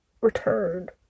returned